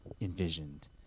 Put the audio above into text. envisioned